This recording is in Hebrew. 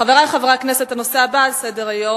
חברי חברי הכנסת, הנושא הבא על סדר-היום: